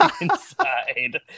inside